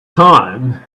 time